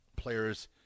players